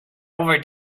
over